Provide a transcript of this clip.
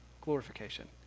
glorification